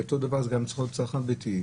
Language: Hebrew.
ואותו דבר זה גם יכול להיות צרכן ביתי,